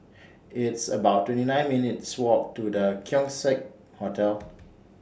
It's about twenty nine minutes' Walk to The Keong Saik Hotel